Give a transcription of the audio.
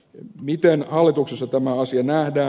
miten hallituksessa tämä asia nähdään